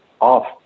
off